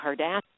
Kardashian